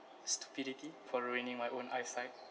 stupidity for ruining my own eyesight